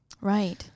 right